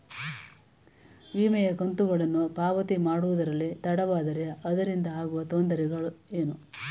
ವಿಮೆಯ ಕಂತುಗಳನ್ನು ಪಾವತಿ ಮಾಡುವುದರಲ್ಲಿ ತಡವಾದರೆ ಅದರಿಂದ ಆಗುವ ತೊಂದರೆ ಏನು?